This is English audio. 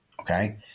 Okay